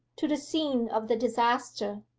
to the scene of the disaster,